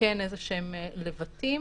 כן איזשהם לבטים,